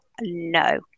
No